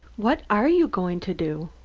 what are you going to do?